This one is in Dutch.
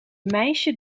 meisje